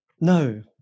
No